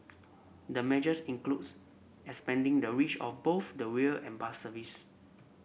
the measures includes expanding the reach of both the rail and bus service